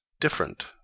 different